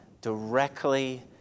Directly